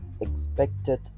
expected